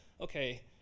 okay